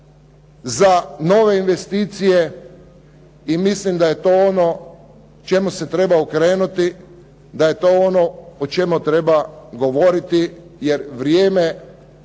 za nove investicije i mislim da je to ono čemu se treba okrenuti, da je to ono o čemu treba govoriti jer vrijeme